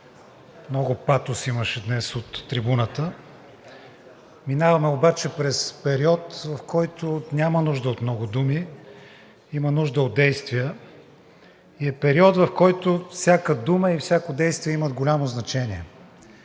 Много патос имаше днес от трибуната. Минаваме обаче през период, в който няма нужда от много думи – има нужда от действия, и е период, в който всяка дума и всяко действие имат голямо значение.